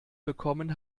bekommen